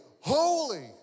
holy